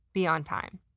be on time.